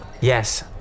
Yes